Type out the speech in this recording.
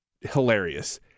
hilarious